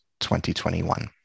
2021